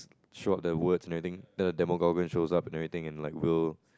show up the words and everything then the shows up and everything and like will